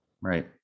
Right